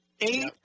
Eight